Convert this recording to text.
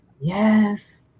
yes